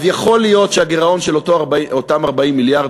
אז יכול להיות שהגירעון של אותם 40 מיליארד,